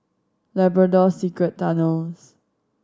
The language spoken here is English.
Labrador Secret Tunnels